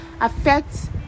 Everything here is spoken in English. affects